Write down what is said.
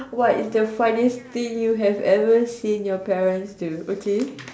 what is the funniest thing you have ever seen your parents do okay